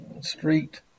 Street